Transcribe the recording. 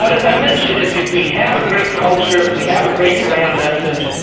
but as i mentioned, if if we have a great culture, if we have a great brand message,